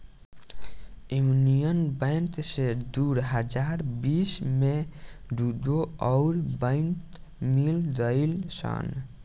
union bank से दू हज़ार बिस में दूगो अउर बैंक मिल गईल सन